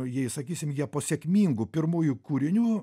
jei sakysim jie po sėkmingų pirmųjų kūrinių